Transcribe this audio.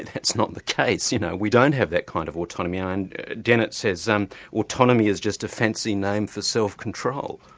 that's not the case you know we don't have that kind of autonomy. ah and dennett says, um autonomy is just a fancy name for self-control.